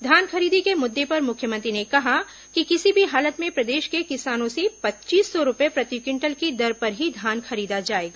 धान खरीदी के मुद्दे पर मुख्यमंत्री ने कहा कि किसी भी हालत में प्रदेश के किसानों से पच्चीस सौ रूपये प्रति क्विंटल की दर पर ही धान खरीदा जाएगा